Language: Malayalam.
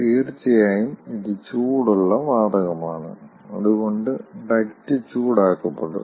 തീർച്ചയായും ഇത് ചൂടുള്ള വാതകമാണ് അതുകൊണ്ട് ഡക്റ്റ് ചൂടാക്കപ്പെടും